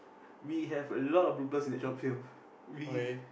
we have a lot of bloopers in that short film we